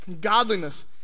godliness